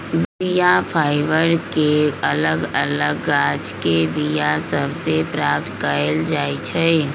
बीया फाइबर के अलग अलग गाछके बीया सभ से प्राप्त कएल जाइ छइ